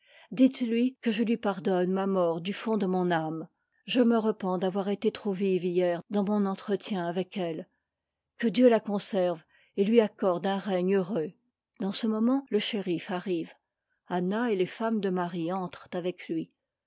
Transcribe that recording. dites-lui que je lui pardonne ma mort du fond de mon âme je me repens d'avoir été trop vive hier dans mon entretien avec elle que dieu la conserve et lui accorde un règne heureux dans ce moment le shérif arrive mmo et les femmes de var e entrent avec lui